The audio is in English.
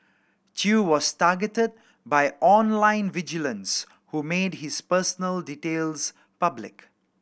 Chew was targeted by online vigilantes who made his personal details public